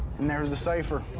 and there's the cipher.